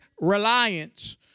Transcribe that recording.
reliance